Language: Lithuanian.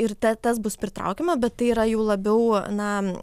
ir ta tas bus pritraukiama bet tai yra jau labiau na